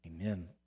Amen